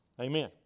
amen